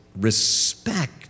respect